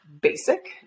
basic